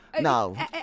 no